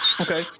Okay